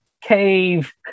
cave